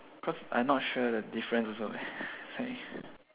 cause I not sure the difference also leh see